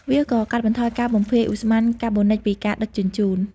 វាក៏កាត់បន្ថយការបំភាយឧស្ម័នកាបូនិចពីការដឹកជញ្ជូន។